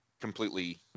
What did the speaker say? completely